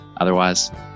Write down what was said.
Otherwise